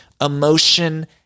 emotion